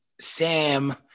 Sam